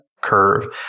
curve